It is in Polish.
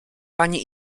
pani